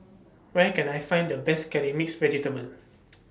Where Can I Find The Best Curry Mixed Vegetable